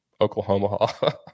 Oklahoma